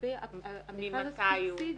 ממתי הוא?